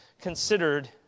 considered